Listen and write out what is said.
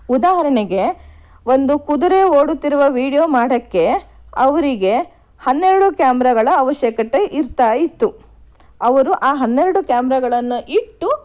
ಉದಾಹರಣೆಗೆ ಒಂದು ಕುದುರೆ ಓಡುತ್ತಿರುವ ವೀಡಿಯೋ ಮಾಡೋಕ್ಕೆ ಅವರಿಗೆ ಹನ್ನೆರಡು ಕ್ಯಾಮ್ರಾಗಳ ಅವಶ್ಯಕತೆ ಇರ್ತಾ ಇತ್ತು ಅವರು ಆ ಹನ್ನೆರಡು ಕ್ಯಾಮ್ರಾಗಳನ್ನು ಇಟ್ಟು